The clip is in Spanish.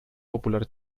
popular